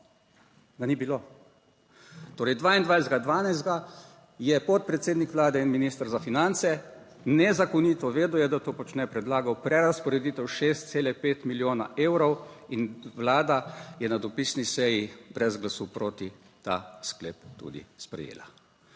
Ga ni bilo. Torej 22. 12., je podpredsednik vlade in minister za finance nezakonito, vedel je, da to počne, predlagal prerazporeditev 6,5 milijona evrov in vlada je na dopisni seji brez glasu proti ta sklep tudi sprejela.